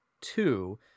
two